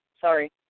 Sorry